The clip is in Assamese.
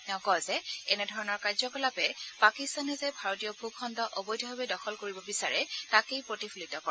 তেওঁ কয় যে এনেধৰণৰ কাৰ্যকলাপে পাকিস্তানে যে ভাৰতীয় ভূখণ্ড অবৈধভাৱে দখল কৰিব বিচাৰে তাকেই প্ৰতিফলিত কৰে